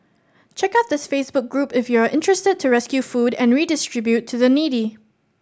check out this Facebook group if you are interested to rescue food and redistribute to the needy